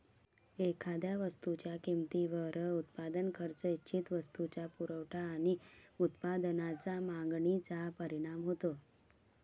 एखाद्या वस्तूच्या किमतीवर उत्पादन खर्च, इच्छित वस्तूचा पुरवठा आणि उत्पादनाच्या मागणीचा परिणाम होतो